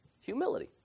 humility